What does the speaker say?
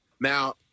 Now